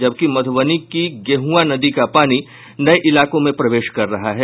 जबकि मधुबनी की गेहूंआ नदी का पानी नये इलाकों में प्रवेश कर रहा है